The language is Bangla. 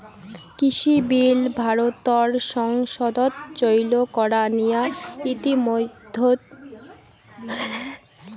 কৃষিবিল ভারতর সংসদত চৈল করা নিয়া ইতিমইধ্যে দ্যাশত বিক্ষোভের আঁচ পাওয়া গেইছে